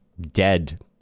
dead